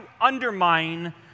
undermine